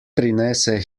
prinese